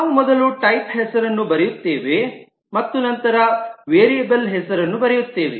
ನಾವು ಮೊದಲು ಟೈಪ್ ಹೆಸರನ್ನು ಬರೆಯುತ್ತೇವೆ ಮತ್ತು ನಂತರ ನಾವು ವೇರಿಯಬಲ್ ಹೆಸರನ್ನು ಬರೆಯುತ್ತೇವೆ